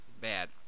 bad